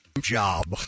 job